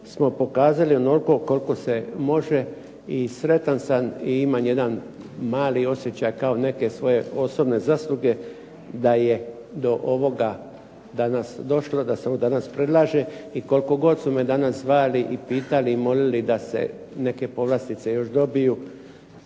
smo pokazali onoliko koliko se može i sretan sam i imam jedan mali osjećaj kao neke svoje osobne zasluge da je do ovoga danas došlo da se ovo danas predlaže. I koliko god su me danas zvali i pitali i molili da se neke povlastice još dobiju,